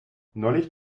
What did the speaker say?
neulich